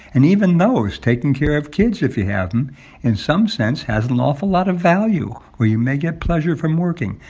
and even those taking care of kids, if you have them in some sense, has an awful lot of value where you may get pleasure from working.